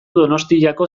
donostiako